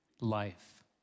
life